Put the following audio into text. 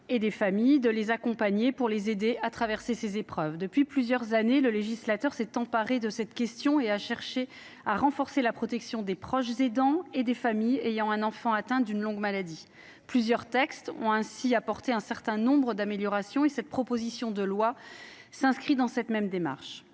de ces familles et de les accompagner pour les aider à traverser ces épreuves. Depuis plusieurs années, le législateur s’est emparé de la question. Il a cherché à renforcer la protection des proches aidants et des familles ayant un enfant atteint d’une longue maladie. Plusieurs textes ont ainsi permis d’apporter un certain nombre d’améliorations. Cette proposition de loi s’inscrit dans la même démarche